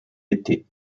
été